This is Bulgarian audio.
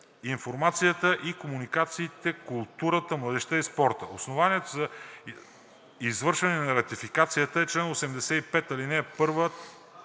информацията и комуникациите, културата, младежта и спорта. Основанието за извършване на ратификацията е чл. 85, ал. 1, т.